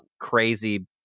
crazy